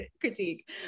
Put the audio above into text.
critique